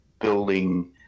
building